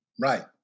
Right